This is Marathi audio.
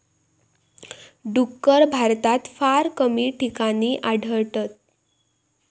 डुक्कर भारतात फार कमी ठिकाणी आढळतत